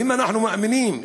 ואם אנחנו מאמינים,